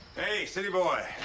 hey, city boy.